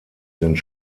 sind